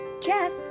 Jeff